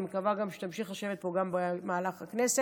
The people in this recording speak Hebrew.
אני מקווה גם שתמשיך לשבת פה גם במהלך הכנסת.